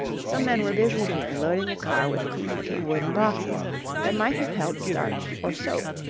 some men were busy here loading a car with clean-looking wooden boxes that might have held starch or soap,